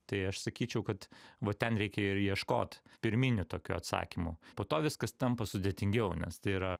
tai aš sakyčiau kad va ten reikia ir ieškot pirminio tokio atsakymo po to viskas tampa sudėtingiau nes tai yra